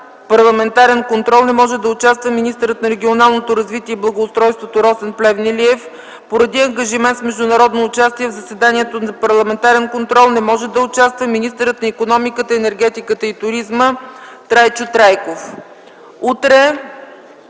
парламентарен контрол не може да участва министърът на регионалното развитие и благоустройството Росен Плевнелиев. Поради ангажимент с международно участие в заседанието на парламентарния контрол не може да участва министърът на икономиката, енергетиката и туризма Трайчо Трайков.